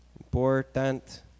Important